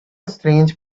strange